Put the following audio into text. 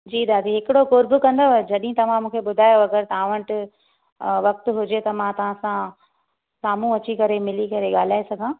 जी दादी हिकिड़ो कंदवि जॾहिं तव्हां मूंखे ॿुधायो अगरि तव्हां वटि वक़्तु हुजे त मां तव्हां सां साम्हूं अची करे मिली करे ॻाल्हाए सघां